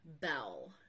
bell